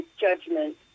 judgment